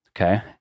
Okay